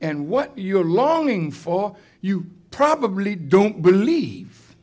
and what you are longing for you probably don't believe